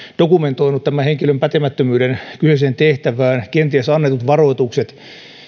dokumentoinut tämän henkilön pätemättömyyden kyseiseen tehtävään kenties antanut varoitukset